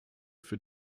für